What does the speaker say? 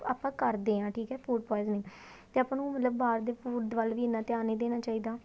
ਆਪਾਂ ਕਰਦੇ ਹਾਂ ਠੀਕ ਹੈ ਫੂਡ ਪੋਇਸਨਿੰਗ ਅਤੇ ਆਪਾਂ ਨੂੰ ਮਤਲਬ ਬਾਹਰ ਦੇ ਫੂਡ ਵੱਲ ਵੀ ਇੰਨਾ ਧਿਆਨ ਨਹੀਂ ਦੇਣਾ ਚਾਹੀਦਾ